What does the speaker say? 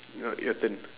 your your turn